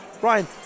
Brian